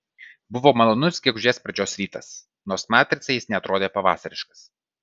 buvo malonus gegužės pradžios rytas nors matricai jis neatrodė pavasariškas